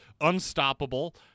unstoppable